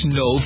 no